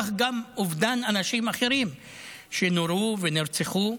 כך גם אובדן אנשים אחרים שנורו ונרצחו.